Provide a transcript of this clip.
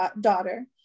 daughter